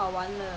比较